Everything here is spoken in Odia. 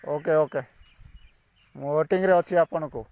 ଓକେ ଓକେ ମୁଁ ୱେଟିଙ୍ଗ୍ରେ ଅଛି ଆପଣଙ୍କୁ